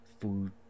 food